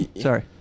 sorry